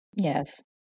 Yes